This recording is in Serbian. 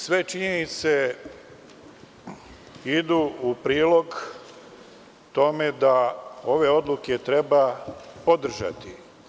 Sve činjenice idu u prilog tome da one odluke treba podržati.